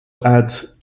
adds